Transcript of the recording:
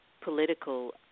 political